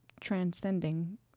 transcending